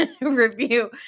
review